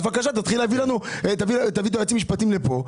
בבקשה תביא את היועצים המשפטיים לכאן.